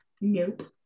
Nope